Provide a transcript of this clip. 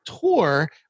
tour